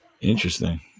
Interesting